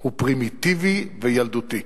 הוא פרימיטיבי וילדותי.